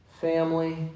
Family